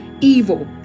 evil